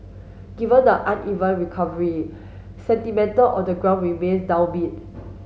given the uneven recovery sentimental on the ground remains downbeat